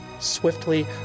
swiftly